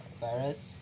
virus